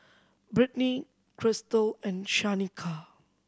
Britni Krystle and Shanika